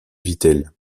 vittel